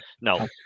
no